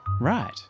right